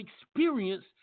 experience